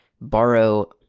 borrow